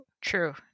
True